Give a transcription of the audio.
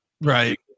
Right